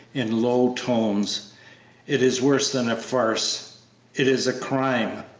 in low tones it is worse than a farce it is a crime!